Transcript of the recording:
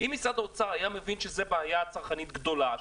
אם משרד האוצר היה מבין שזאת בעיה צרכנית גדולה,